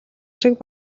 шиг